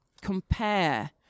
compare